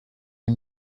ihm